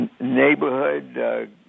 neighborhood